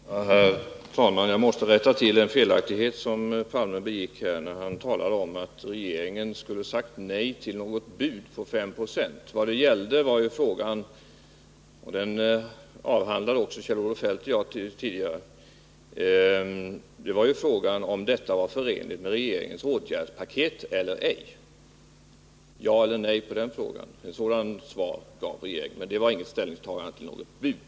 Herr talman! Jag måste rätta till en felaktighet som Olof Palme gjorde sig skyldig till när han talade om att regeringen skulle ha sagt nej till ett bud på 5 0. Vad det gällde — det avhandlade också Kjell-Olof Feldt och jag tidigare — var frågan huruvida ”budet”, eller den s.k. trevaren från medlarna, var förenligt med regeringens åtgärdspaket eller ej. Regeringens svar skulle vara ett ja eller ett nej på den frågan — inte ett ställningstagande till något bud.